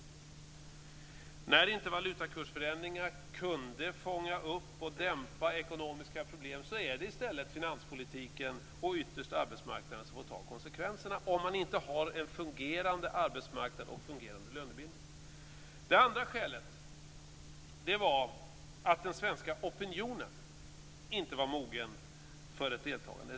När inte valutakursförändringar kan fånga upp och dämpa ekonomiska problem är det i stället finanspolitiken och ytterst arbetsmarknaden som får ta konsekvenserna, om man inte har en fungerande arbetsmarknad och en fungerande lönebildning. Det andra skälet var att den svenska opinionen inte var mogen för ett deltagande.